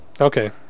Okay